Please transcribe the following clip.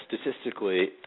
statistically